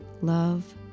love